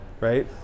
right